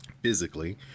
physically